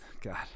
god